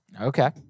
Okay